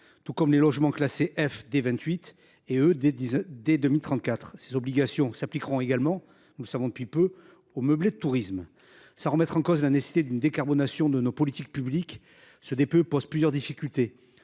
et des logements classés E, dès 2034. Ces obligations s’appliqueront également – nous le savons depuis peu – aux meublés de tourisme. Sans remettre en cause la nécessité d’une décarbonation de nos politiques publiques, ce DPE pose plusieurs difficultés.